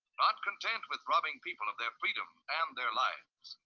not contained with robbing people of their freedom and their lives.